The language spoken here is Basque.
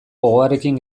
gogoarekin